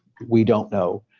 we don't know.